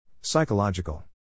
Psychological